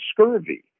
scurvy